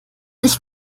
sich